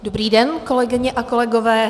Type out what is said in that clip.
Dobrý den, kolegyně a kolegové.